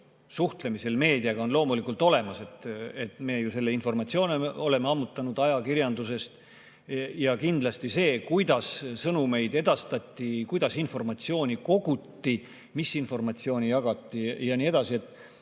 suhtlemisel meediaga on loomulikult olemas, me ju selle informatsiooni oleme ammutanud ajakirjandusest. Ja kindlasti selles suurema selguse saamine, kuidas sõnumeid edastati, kuidas informatsiooni koguti, mis informatsiooni jagati ja nii edasi,